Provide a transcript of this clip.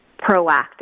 proactive